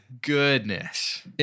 goodness